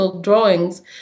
drawings